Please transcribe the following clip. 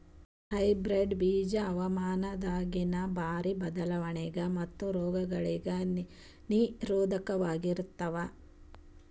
hybrid ಬೀಜ ಹವಾಮಾನದಾಗಿನ ಭಾರಿ ಬದಲಾವಣೆಗಳಿಗ ಮತ್ತು ರೋಗಗಳಿಗ ನಿರೋಧಕವಾಗಿರುತ್ತವ